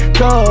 go